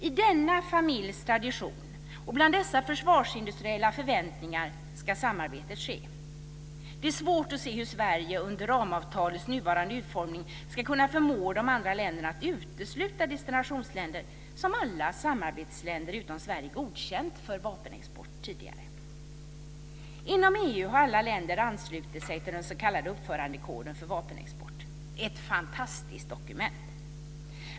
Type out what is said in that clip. I denna familjs tradition och bland dessa försvarsindustriella förväntningar ska samarbetet ske. Det är svårt att se hur Sverige med ramavtalets nuvarande utformning ska kunna förmå de andra länderna att utesluta destinationsländer som alla samarbetsländer utom Sverige godkänt för vapenexport tidigare. Inom EU har alla länder anslutit sig till den s.k. uppförandekoden för vapenexport. Det är ett fantastiskt dokument!